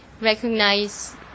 recognize